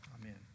Amen